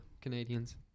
Canadians